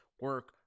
Work